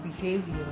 behavior